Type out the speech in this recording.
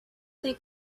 they